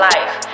Life